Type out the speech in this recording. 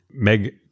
meg